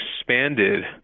expanded